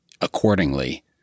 accordingly